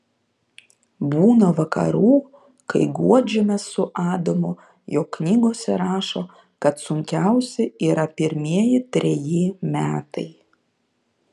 būna vakarų kai guodžiamės su adomu jog knygose rašo kad sunkiausi yra pirmieji treji metai